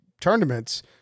tournaments